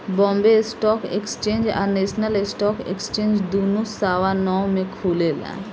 Bombay stock exchange आ national stock exchange दुनो सवा नौ में खुलेला